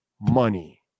money